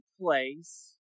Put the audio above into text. place